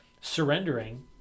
surrendering